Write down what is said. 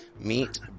Meet